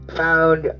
found